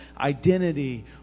identity